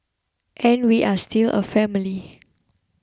and we are still a family